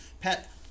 Pet